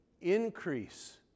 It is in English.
increase